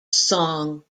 song